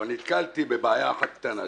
אבל נתקלתי בבעיה אחת קטנה,